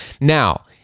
Now